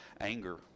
anger